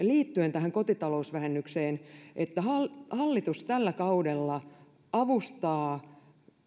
liittyen tähän kotitalousvähennykseen että hallitus hallitus tällä kaudella avustaa